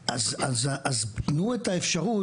אז תנו את האפשרות.